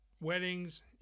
weddings